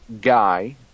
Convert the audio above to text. guy